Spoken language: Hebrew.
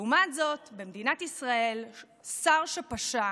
לעומת זאת, במדינת ישראל שר שפשע,